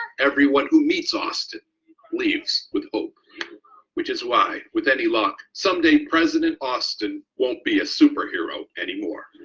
everyone who meets austin leaves with hope which is why, with any luck, someday president austin won't be a superhero anymore.